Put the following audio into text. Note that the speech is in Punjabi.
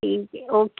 ਠੀਕ ਹੈ ਓਕੇ